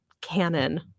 canon